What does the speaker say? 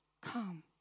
come